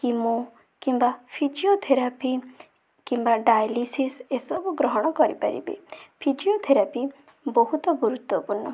chemo କିମ୍ବା physiotherapy କିମ୍ବା dialysis ଏସବୁ ଗ୍ରହଣ କରିପାରିବେ ଫିଜିଓଥେରାପି ବହୁତ ଗୁରୁତ୍ୱପୂର୍ଣ୍ଣ